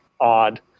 odd